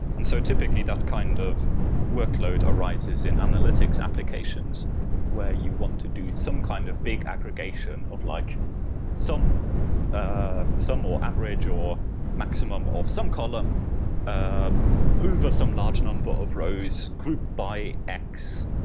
and so typically, that kind of workload arises in analytics applications where you want to do some kind of big aggregation of like some ah more more average or maximum of some column ah over some large number of rows group by x